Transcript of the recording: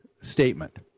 statement